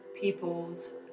people's